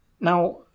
Now